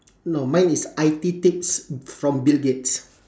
no mine is I_T tips from bill-gates